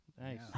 Nice